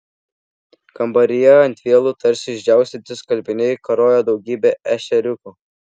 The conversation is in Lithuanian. kambaryje ant vielų tarsi išdžiaustyti skalbiniai karojo daugybė ešeriukų